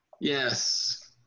Yes